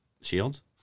Shields